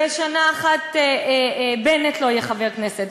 ושנה אחת בנט לא יהיה חבר כנסת,